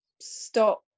stop